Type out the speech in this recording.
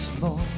more